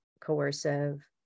coercive